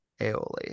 aioli